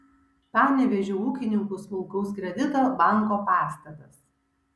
panevėžio ūkininkų smulkaus kredito banko pastatas